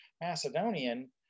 Macedonian